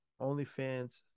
OnlyFans